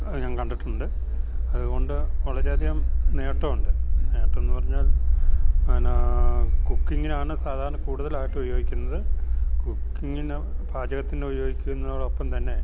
ഞാൻ കണ്ടിട്ടുണ്ട് അതുകൊണ്ട് വളരെയധികം നേട്ടമുണ്ട് നേട്ടമെന്ന് പറഞ്ഞാൽ പിന്നെ കുക്കിങ്ങിനാണ് സാധാരണ കൂടുതലായിട്ട് ഉപയോഗിക്കുന്നത് കുക്കിങ്ങിന് പാചകത്തിന് ഉപയോഗിക്കുന്നതൊടൊപ്പം തന്നെ